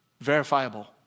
Verifiable